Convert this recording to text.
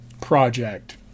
project